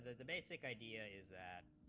the basic idea is that